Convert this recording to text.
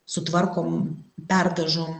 sutvarkom perdažom